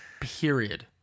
period